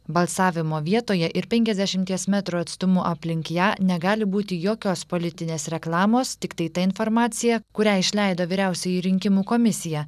balsavimo vietoje ir penkiasdešimies metrų atstumu aplink ją negali būti jokios politinės reklamos tiktai ta informacija kurią išleido vyriausioji rinkimų komisija